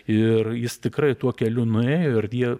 ir jis tikrai tuo keliu nuėjo ir jie